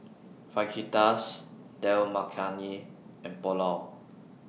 Fajitas Dal Makhani and Pulao